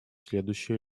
следующие